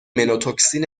مِنوتوکسین